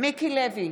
מיקי לוי,